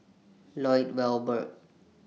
Lloyd Valberg